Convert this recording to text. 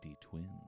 twins